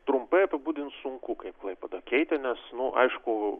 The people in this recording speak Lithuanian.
trumpai apibūdint sunku kaip klaipėdą keitė nes nu aišku